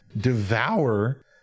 devour